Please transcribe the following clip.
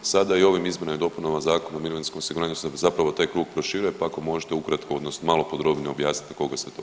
Sada i ovim izmjenama i dopunama Zakona o mirovinskom osiguranju se zapravo taj krug proširuje pa ako možete ukratko odnosno malo podrobnije objasniti na koga se to odnosi.